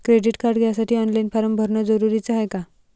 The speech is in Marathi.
क्रेडिट कार्ड घ्यासाठी ऑनलाईन फारम भरन जरुरीच हाय का?